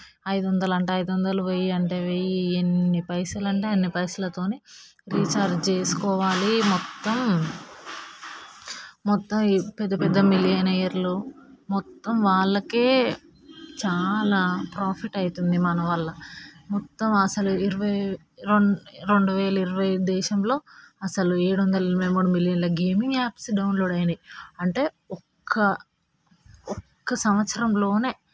ఐదు వందలు అంటే ఐదు వందలు వెయ్యి అంటే వెయ్యి ఎన్ని పైసలు అంటే అన్ని పైసలతోని రీఛార్జ్ చేసుకోవాలి మొత్తం మొత్తం పెద్దపెద్ద మిలినేయర్లు మొత్తం వాళ్ళకే చాలా ప్రాఫిట్ అయితుంది మన వల్ల మొత్తం అసలు ఇరవై రెండు రెండు వేల ఇరవై దేశంలో అసలు ఏడువందల మూడు మిలియన్ గేమింగ్ యాప్స్ డౌన్లోడ్ అయినాయి అంటే ఒక్క ఒక్క సంవత్సరంలోనే